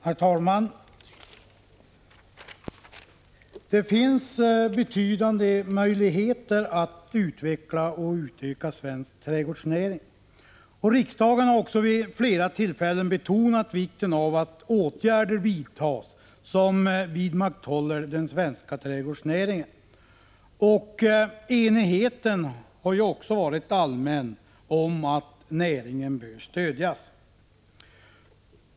Herr talman! Det finns betydande möjligheter att utveckla och utöka svensk trädgårdsnäring. Riksdagen har också vid flera tillfällen betonat vikten av att åtgärder vidtas som vidmakthåller den svenska trädgårdsnäringen, och enigheten har varit allmän om att näringen bör stödjas.